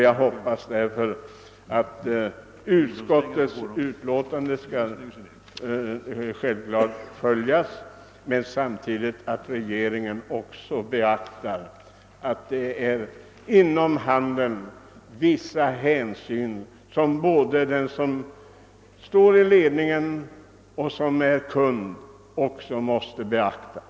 Jag hoppas givetvis att riksdagen bifaller utskottets hemställan och att regeringen också beaktar att det inom handeln finns vissa intressen som måste beaktas beträffande både den som är kund och den som står i ledningen.